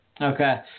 Okay